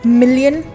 million